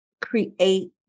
Create